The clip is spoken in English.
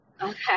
Okay